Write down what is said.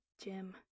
Jim